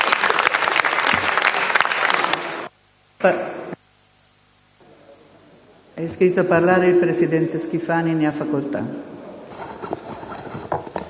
Grazie,